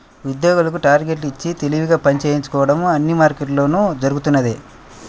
ఉద్యోగులకు టార్గెట్లు ఇచ్చి తెలివిగా పని చేయించుకోవడం అన్ని మార్కెట్లలోనూ జరుగుతున్నదే